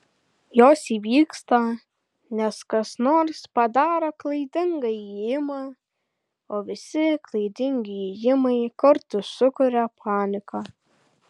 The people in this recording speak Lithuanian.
jos įvyksta nes kas nors padaro klaidingą ėjimą o visi klaidingi ėjimai kartu sukuria paniką